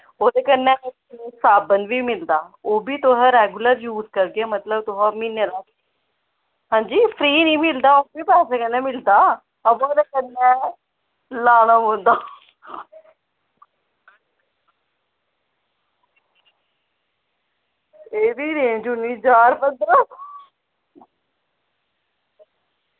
ओह्दे कन्नै साबन बी मिलदा ओह् बी तुस रैगुलर यूज़ करगे मतलब तुस म्हीनें दा हां जी फ्री निं मिलदा ओह् बी पैसें कन्नै मिलदा होर कन्नै लाना पौंदा एह्दी रेज़ होनी ज्हार पंदरां सौ